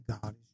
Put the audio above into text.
God